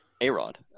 A-Rod